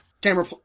Camera